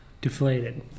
Deflated